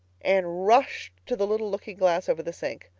anne rushed to the little looking glass over the sink.